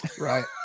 Right